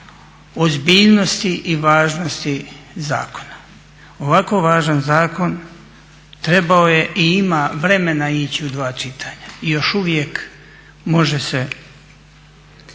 ozbiljnosti i važnosti zakona. Ovako važan zakon trebao je i ima vremena ići u dva čitanja i još uvijek može se